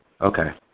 Okay